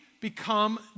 become